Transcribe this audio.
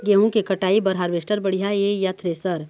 गेहूं के कटाई बर हारवेस्टर बढ़िया ये या थ्रेसर?